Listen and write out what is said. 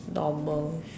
normal